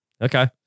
Okay